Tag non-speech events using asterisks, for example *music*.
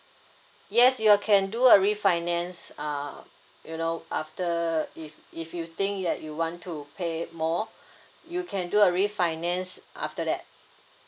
yes you uh can do a refinance uh you know after if if you think that you want to pay more *breath* you can do a refinance after that